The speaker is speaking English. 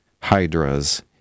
hydras